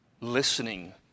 listening